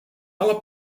ela